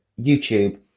YouTube